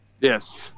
Yes